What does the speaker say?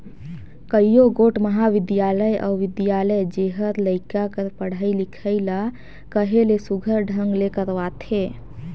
कइयो गोट महाबिद्यालय अउ बिद्यालय जेहर लरिका कर पढ़ई लिखई ल कहे ले सुग्घर ढंग ले करवाथे